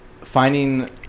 finding